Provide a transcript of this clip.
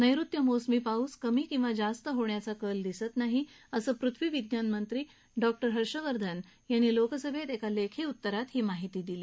नैऋत्य मोसमी पाऊस कमी किंवा जास्त होण्याचा कल दिसत नाही असं पृथ्वी विज्ञानमंत्री डॉक्टर हर्षवर्धन यांनी लोकसभेत एका लेखी उत्तरात ही माहिती दिली